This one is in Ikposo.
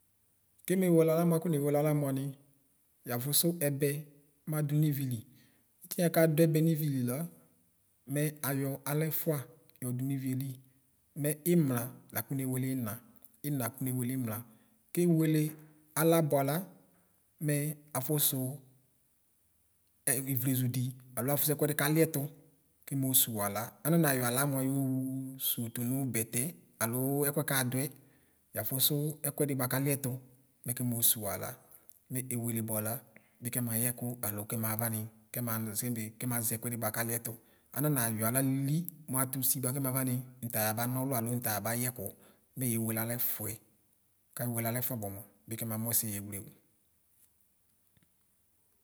Kɛmwlɛ aɣba mʋa akɔne wele aɣla mʋani yaƒʋʒʋ ɛbɛ madʋni wili kiyɛ kadʋ ɛbɛ nivili la mɩ ayɔ aɣlɛfʋɑ yɔdʋ nivieli mɩ ʋmla lakɔnewele ina una akɔvewele umla kewele ala bʋalɑ mɛ afuʒu ɛ wlezʋdi alos alɔsɔ ekʋɛdi kaliɛtʋ kɛmosʋwʋ ala ananays ala mʋɑ yosʋwʋ fonʋ bɛtɛ alɔ ɛtʋɛ kadʋɛ yafʋsʋ ɛkʋɛdɩ bʋakaliɛtʋ mɛkɛ mosʋwʋ ala mɛ ewele bʋala bikɛ mayɛkʋ alʋ kɛma vani kɛme kɛmazɛ ɛkʋɛdi bʋakaliɛtʋ ananyɔ ala lili mʋ atʋ ʋsi ba kɛma ʋani nʋ tayaba nɔlʋ ala nʋfayaba yɛkʋ mɛ yewele alaɛfʋɛ kawele alɛfʋɑ bʋa mʋa bi kɛmanʋ ɛsɛ yewleo.